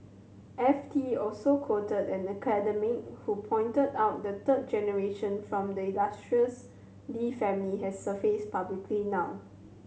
F T also quoted an academic who pointed out the third generation from the illustrious Lee family has surfaced publicly now